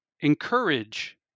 encourage